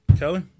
Kelly